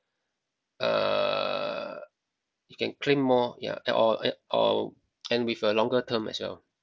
uh you can claim more ya at or at or and with a longer term as well